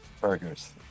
Burgers